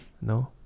No